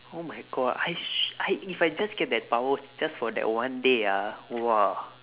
oh my god I if I just get that power just for that one day ah !wah!